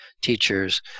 teachers